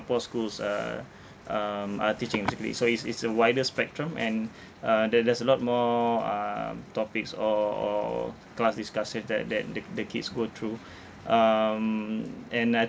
schools are um are teaching basically so it's it's a wider spectrum and uh there there's a lot more um topics or or class discussions that that the the kids go through um and I